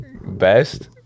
Best